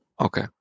Okay